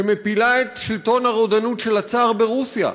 שמפילה את שלטון הרודנות של הצאר ברוסיה,